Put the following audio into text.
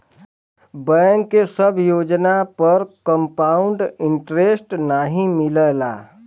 bank के सब योजना पर कंपाउड इन्टरेस्ट नाहीं मिलला